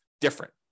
different